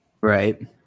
Right